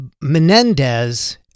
Menendez